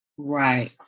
Right